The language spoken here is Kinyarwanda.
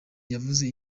yavuze